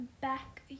back